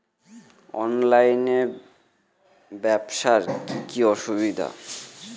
অনলাইনে ব্যবসার কি কি অসুবিধা?